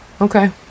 Okay